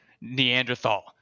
Neanderthal